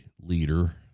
leader